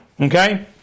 okay